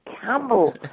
campbell